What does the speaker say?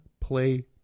play